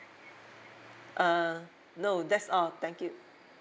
uh no that's all thank you